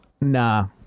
nah